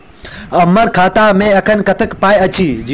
हम्मर खाता मे एखन कतेक पाई अछि?